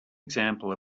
example